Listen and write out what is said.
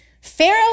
Pharaoh